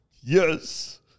Yes